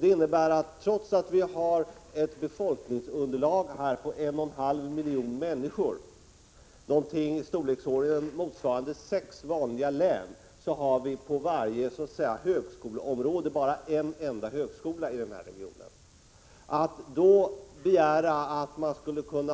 Det innebär att trots att vi har ett befolkningsunderlag här på 1,5 miljoner människor, i storleksordning motsvarande sex vanliga län, har vi på varje högskoleområde bara en enda högskola i denna region. Att då begära att